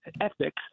ethics